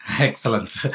Excellent